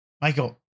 Michael